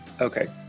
Okay